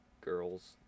girls